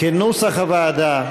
כנוסח הוועדה,